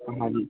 हाँ जी